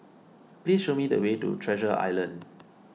please show me the way to Treasure Island